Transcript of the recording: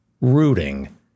rooting